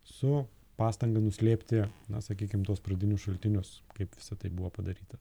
su pastanga nuslėpti na sakykim tuos pradinius šaltinius kaip visa tai buvo padaryta